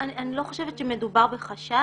אני לא חושבת שמדובר בחשש.